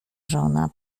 żona